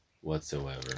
Whatsoever